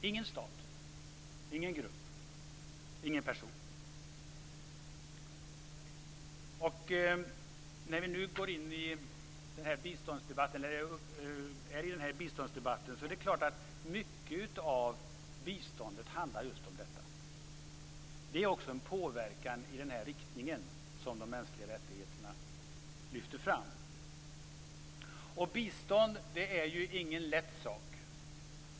Ingen stat, ingen grupp och ingen person. När vi nu går in i denna biståndsdebatt så är det klart att mycket av biståndet handlar just om detta. Det är också en påverkan i denna riktning som de mänskliga rättigheterna lyfter fram. Bistånd är ingen lätt sak.